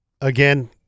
Again